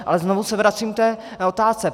Ale znovu se vracím k té otázce.